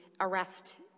arrest